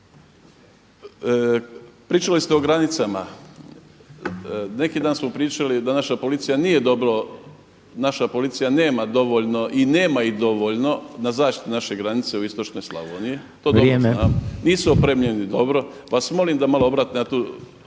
Pričali ste o granicama. Neki dan smo pričali da naša policija nije dobro, naša policija nema dovoljno i nema ih dovoljno na zaštiti naše granice u istočnoj Slavoniji …… /Upadica Reiner: Vrijeme./… To dobro znam. Nisu opremljeni dobro, pa vas molim da malo obratite na tu